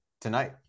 tonight